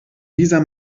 dieser